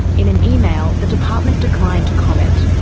in an email the department declined to comment.